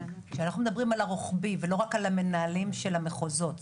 כשאנחנו מדברים על הרוחבי ולא רק על המנהלים של המחוזות,